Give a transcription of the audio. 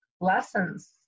lessons